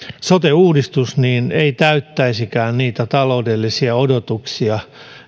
sote uudistus ei täyttäisikään niitä taloudellisia odotuksia